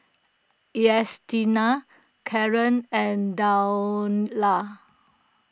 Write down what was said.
Ernestina Karen and Daniela